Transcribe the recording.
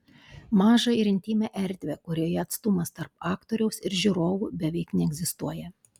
mažą ir intymią erdvę kurioje atstumas tarp aktoriaus ir žiūrovų beveik neegzistuoja